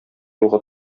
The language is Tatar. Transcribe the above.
юлга